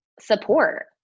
support